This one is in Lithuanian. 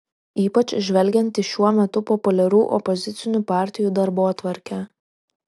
ypač žvelgiant į šiuo metu populiarių opozicinių partijų darbotvarkę